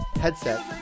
Headset